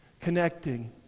connecting